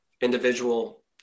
individual